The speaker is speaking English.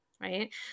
Right